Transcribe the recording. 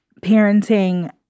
parenting